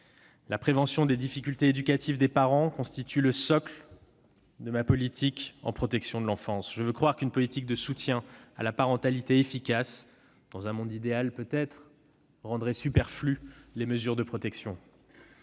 La prévention des difficultés éducatives des parents constitue le socle de la politique de protection de l'enfance. Je veux croire qu'une politique de soutien à la parentalité efficace rendrait superflues- dans un monde idéal, peut-être -les mesures de protection.